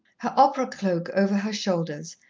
her opera cloak over her shoulders,